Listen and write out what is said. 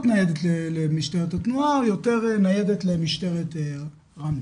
ניידת למשטרת התנועה יותר ניידת למשטרת רמלה',